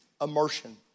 immersion